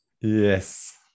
Yes